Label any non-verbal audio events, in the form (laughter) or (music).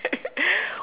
(laughs)